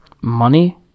money